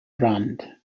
brand